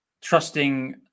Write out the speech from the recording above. trusting